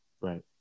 Right